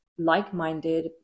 like-minded